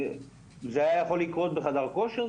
זה היה יכול לקרות בחדר כושר,